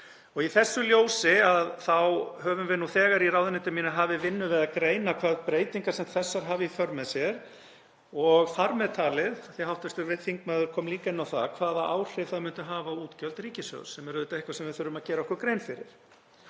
um. Í þessu ljósi höfum við nú þegar í ráðuneyti mínu hafið vinnu við að greina hvað breytingar sem þessar hafa í för með sér og þar með talið, því að hv. þingmaður kom líka inn á það, hvaða áhrif það myndi hafa á útgjöld ríkissjóðs sem er auðvitað eitthvað sem við þurfum að gera okkur grein fyrir.